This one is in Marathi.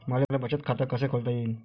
मले बचत खाते कसं खोलता येईन?